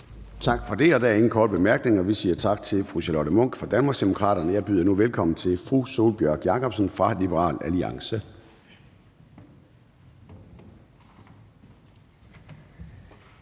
Tak for det. Der er ingen korte bemærkninger. Vi siger tak til fru Charlotte Munch fra Danmarksdemokraterne. Jeg byder velkommen til fru Sólbjørg Jakobsen fra Liberal Alliance.